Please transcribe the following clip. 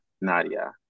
Nadia